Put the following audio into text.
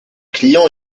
client